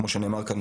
כמו שנאמר כאן,